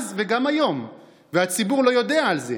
אז וגם היום, והציבור לא יודע על זה?